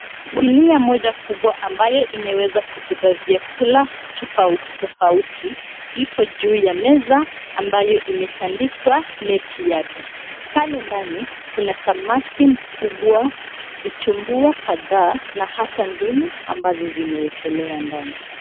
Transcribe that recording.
Sinia moja kubwa ambayo imeweza kubeba vyakula tofauti tofauti ipo juu ya meza ambayo imetandikwa neti yake. Pale ndani kuna samaki mkubwa, vitumbua kadhaa na hata ndimu ambazo zimewekelewa ndani.